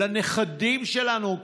לנכדים שלנו,